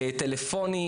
טלפוני,